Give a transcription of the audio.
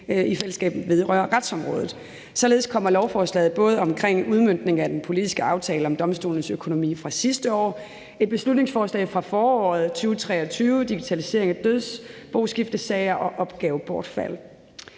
i fællesskab vedrører retsområdet. Således kommer lovforslaget både omkring udmøntning af den politiske aftale om domstolenes økonomi fra sidste år, et beslutningsforslag fra foråret 2023, digitalisering af dødsboskiftesager og opgavebortfald.